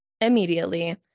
immediately